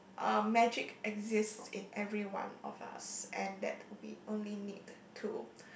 a magic exists in every one of us and that we only need to